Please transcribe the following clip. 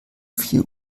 vier